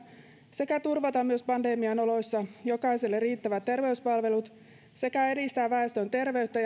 sekä turvata myös pandemian oloissa jokaiselle riittävät terveyspalvelut sekä edistää väestön terveyttä